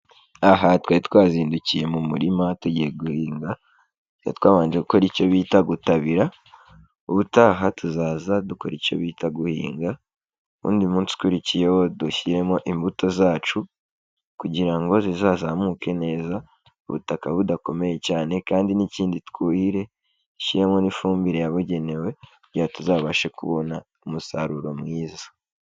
Aha twari twazindukiye mu murima tugiye guhinga, twari twabanje gukora icyo bita gutabira, ubutaha tuzaza dukora icyo bita guhinga, undi munsi ukurikiyeho dushyiremo imbuto zacu, kugira ngo zizazamuke neza, ubutaka budakomeye cyane kandi n'ikindi twuhire, dushyiremo n'ifumbire yabugenewe, kugira tuzabashe kubona umusaruro mwiza.